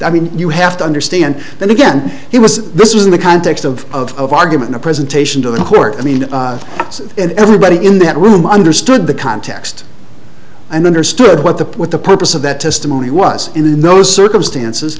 i mean you have to understand that again he was this was in the context of argument the presentation to the court and everybody in that room understood the context and understood what the what the purpose of that testimony was in those circumstances